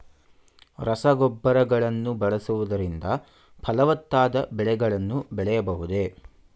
ರಸಗೊಬ್ಬರಗಳನ್ನು ಬಳಸುವುದರಿಂದ ಫಲವತ್ತಾದ ಬೆಳೆಗಳನ್ನು ಬೆಳೆಯಬಹುದೇ?